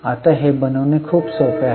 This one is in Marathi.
आता हे बनविणे खूप सोपे आहे